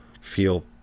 feel